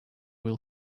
will